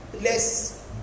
less